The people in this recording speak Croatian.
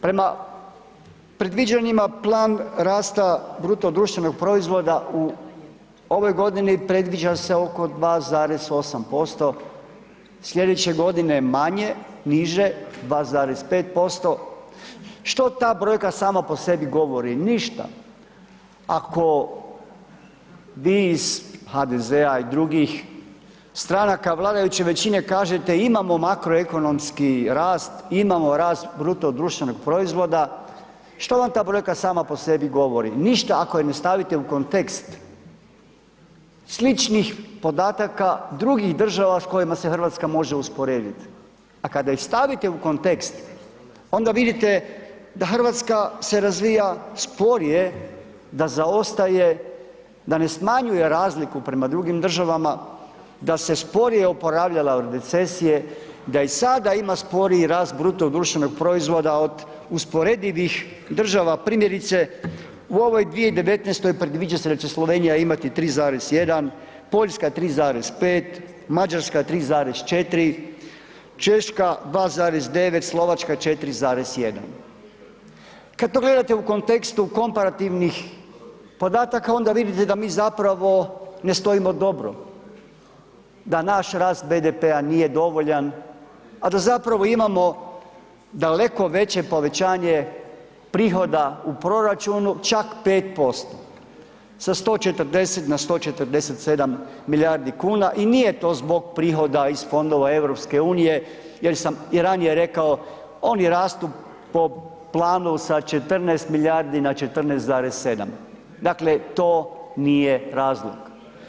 Prema predviđanjima plan rasta BDP-a u ovoj godini predviđa se oko 2,8%, slijedeće godine manje, niže 2,5%, što ta brojka sama po sebi govori, ništa ako vi iz HDZ-a i drugih stranaka vladajuće većine kažete imamo makroekonomski rast, imamo rast BDP-a, što vam ta brojka sama po sebi govori, ništa ako je ne stavite u kontekst sličnih podataka drugih država s kojima se RH može usporedit, a kada ih stavite u kontekst onda vidite da RH se razvija sporije, da zaostaje, da ne smanjuje razliku prema drugim državama, da se sporije oporavljala od recesije, da i sada ima sporiji rast BDP-a od usporedivih država, primjerice u ovoj 2019. predviđa se da će Slovenija imati 3,1, Poljska 3,5, Mađarska 3,4, Češka 2,9, Slovačka 4,1, kad to gledate u kontekstu komparativnih podataka onda vidite da mi zapravo ne stojimo dobro, da naš rast BDP-a nije dovoljan, a da zapravo imamo daleko veće povećanje prihoda u proračunu čak 5%, sa 140 na 147 milijardi kuna i nije to zbog prihoda iz fondova EU jer sam i ranije rekao, oni rastu po planu sa 14 milijardi na 14,7, dakle to nije razlog.